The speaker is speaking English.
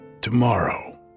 Tomorrow